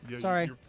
Sorry